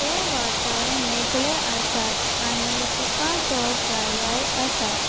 ते वाठार मेकळे आसात आनी तुका तो पर्याय आसा